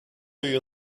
you